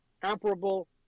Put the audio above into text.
comparable